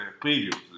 previously